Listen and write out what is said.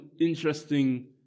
interesting